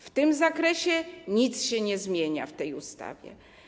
W tym zakresie nic się nie zmienia w tej ustawie.